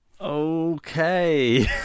Okay